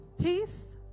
Peace